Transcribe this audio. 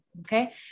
okay